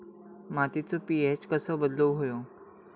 मातीचो पी.एच कसो बदलुक होयो?